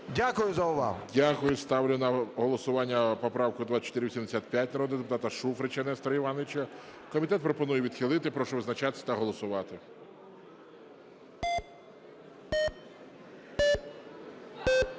Дякую за увагу. ГОЛОВУЮЧИЙ. Дякую. Ставлю на голосування поправку 2485, народного депутата Шуфрича Нестора Івановича. Комітет пропонує відхилити. Прошу визначатись та голосувати.